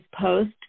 post